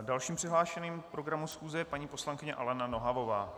Dalším přihlášeným k programu schůze je paní poslankyně Alena Nohavová.